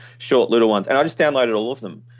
short, little ones and i just downloaded all of them.